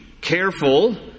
Careful